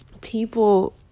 people